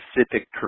specific